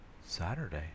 Saturday